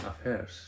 affairs